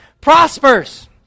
prospers